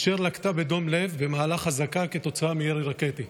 אשר לקתה בדום לב במהלך אזעקה בעקבות מירי רקטי.